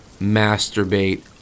masturbate